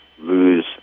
lose